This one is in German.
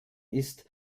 ist